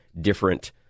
different